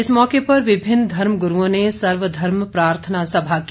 इस मौके पर विभिन्न धर्म गुरूओं ने सर्वधर्म प्रार्थना सभा की